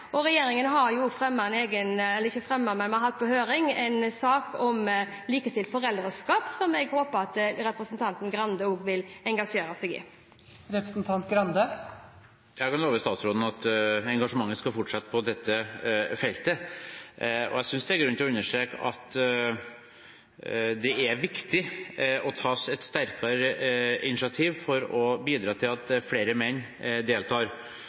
har hatt på høring en sak om likestilt foreldreskap, som jeg håper at representanten Grande også vil engasjere seg i. Ja, jeg kan love statsråden at engasjementet skal fortsette på dette feltet. Jeg synes det er grunn til å understreke at det er viktig at det tas et sterkere initiativ for å bidra til at flere menn deltar.